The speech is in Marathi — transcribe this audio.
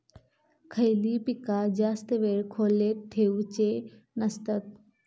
खयली पीका जास्त वेळ खोल्येत ठेवूचे नसतत?